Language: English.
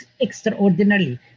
extraordinarily